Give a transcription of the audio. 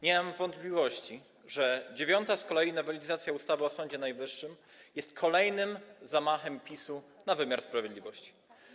Nie mam wątpliwości, że dziewiąta z kolei nowelizacja ustawy o Sądzie Najwyższym jest kolejnym zamachem PiS-u na wymiar sprawiedliwości.